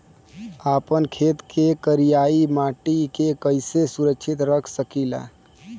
आपन खेत के करियाई माटी के कइसे सुरक्षित रख सकी ला?